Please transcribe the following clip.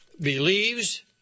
believes